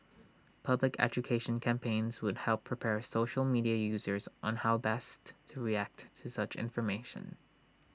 public education campaigns would help prepare social media users on how best to react to such information